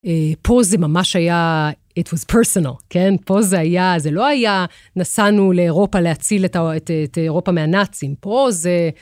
פה זה ממש היה, פרסונל, כן? פה זה היה, זה לא היה, נסענו לאירופה להציל את אירופה מהנאצים. פה זה...